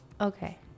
okay